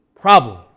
problem